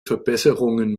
verbesserungen